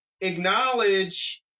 acknowledge